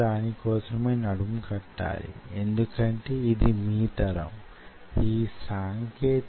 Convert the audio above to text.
దానిలోనికి వొక 3D వీక్షణం ప్రవేశపెట్టండి